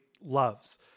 loves